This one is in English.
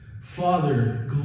Father